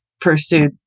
pursued